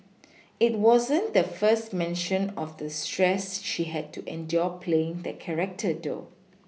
it wasn't the first mention of the stress she had to endure playing that character though